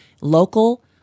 local